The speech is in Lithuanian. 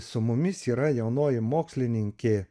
su mumis yra jaunoji mokslininkė